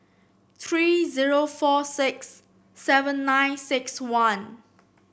three zero four six seven nine six one